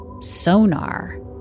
sonar